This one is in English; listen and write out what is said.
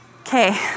Okay